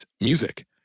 music